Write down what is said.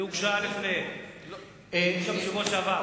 היא הוגשה לפני כן, בסוף שבוע שעבר.